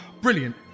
Brilliant